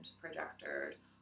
projectors